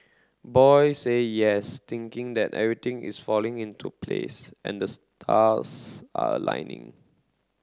boy say yes thinking that everything is falling into place and the stars are aligning